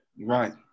right